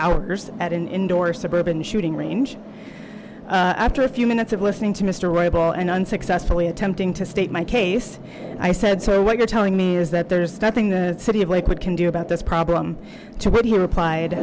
hours at an indoor suburban shooting range after a few minutes of listening to mister roybal and unsuccessfully attempting to state my case i said so what you're telling me is that there's nothing the city of lakewood can do about this problem what he replied